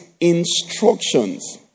instructions